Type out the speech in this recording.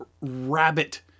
rabbit